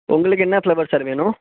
உங்களுக்கு என்ன flower sir வேணும்